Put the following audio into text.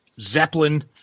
Zeppelin